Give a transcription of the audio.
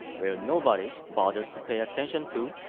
which nobody bothers to pay attention to,